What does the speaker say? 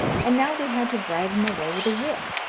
and now they had to drive him away with a whip.